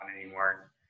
anymore